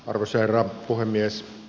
arvoisa herra puhemies